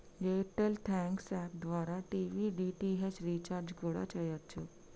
air tell thanks app ద్వారా TV DTH recharge కూడా చెయ్యచ్చు